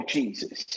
Jesus